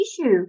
issue